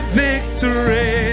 victory